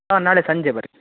ಹಾಂ ನಾಳೆ ಸಂಜೆ ಬನ್ರಿ